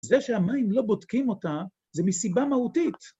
‫זה שהמים לא בודקים אותה ‫זה מסיבה מהותית.